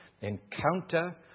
encounter